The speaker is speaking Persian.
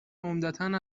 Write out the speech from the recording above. عمدتا